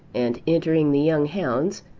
and entering the young hounds,